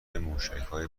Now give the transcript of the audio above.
موشکهای